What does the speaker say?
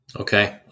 Okay